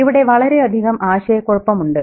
ഇവിടെ വളരെയധികം ആശയക്കുഴപ്പമുണ്ട്